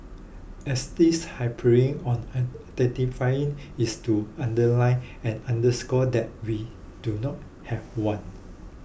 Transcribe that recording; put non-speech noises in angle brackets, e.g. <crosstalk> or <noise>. as this harping on <hesitation> identifying is to underline and underscore that we do not have one